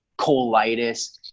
colitis